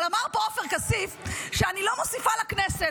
אבל אמר פה עופר כסיף שאני לא מוסיפה לכנסת.